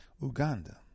Uganda